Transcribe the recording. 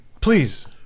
please